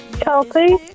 Chelsea